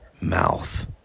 mouth